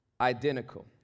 Identical